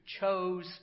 chose